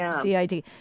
CID